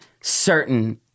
certain